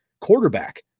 quarterback